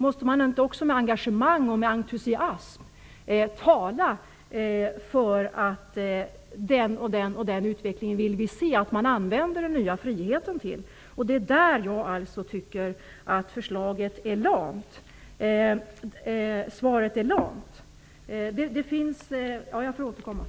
Måste man inte också med engagemang och entusiasm tala för att man vill se en viss utveckling och att den nya friheten skall användas till det? På den punkten tycker jag att svaret är lamt. Jag får återkomma i nästa inlägg.